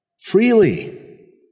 freely